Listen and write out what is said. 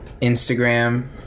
Instagram